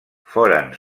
foren